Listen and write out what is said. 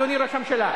אדוני ראש הממשלה,